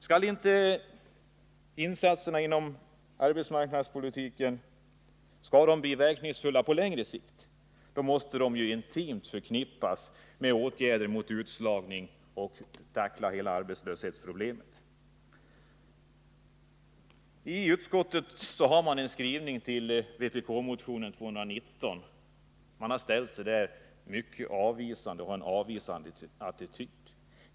Skall insatserna inom arbetsmarknadspolitiken bli verkningsfulla på längre sikt måste de intimt förknippas med åtgärder mot utslagning; man måste tackla hela arbetslöshetsproblemet. IT utskottsbetänkandet finns en skrivning med anledning av vpk-motionen 219. Utskottet har där intagit en mycket avvisande attityd.